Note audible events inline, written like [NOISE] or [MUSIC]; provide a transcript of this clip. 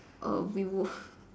err we would [BREATH]